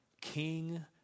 king